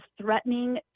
threatening